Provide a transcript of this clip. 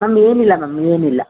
ma'am ಏನಿಲ್ಲ ma'am ಏನಿಲ್ಲ